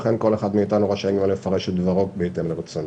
לכן כל אחד מאיתנו רשאי גם לפרש את דברו בהתאם לרצונו.